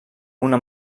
una